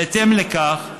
בהתאם לכך,